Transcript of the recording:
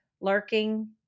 lurking